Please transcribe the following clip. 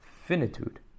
Finitude